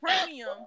premium